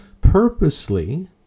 purposely